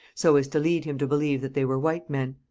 so as to lead him to believe that they were white men.